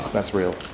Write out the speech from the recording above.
that's real